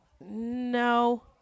no